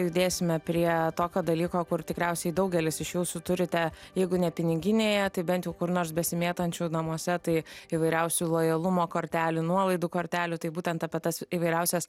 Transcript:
judėsime prie tokio dalyko kur tikriausiai daugelis iš jūsų turite jeigu ne piniginėje tai bent kur nors besimėtančių namuose tai įvairiausių lojalumo kortelių nuolaidų kortelių tai būtent apie tas įvairiausias